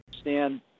Stan